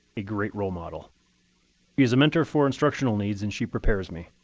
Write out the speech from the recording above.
a great role model. she is a mentor for instructional needs, and she prepares me.